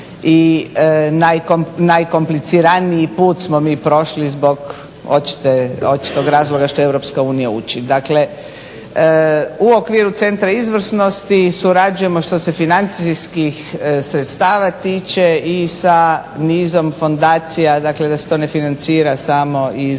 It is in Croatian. i najkompliciraniji put smo mi prošli zbog očitog razloga što EU uči. Dakle, u okviru Centra izvrsnosti surađujemo što se financijskih sredstava tiče i sa nizom fondacija, dakle da se to ne financira samo iz